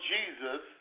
Jesus